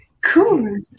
Cool